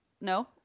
No